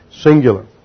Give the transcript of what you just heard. singular